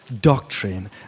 doctrine